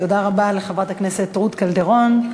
תודה רבה לחברת הכנסת רות קלדרון.